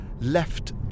left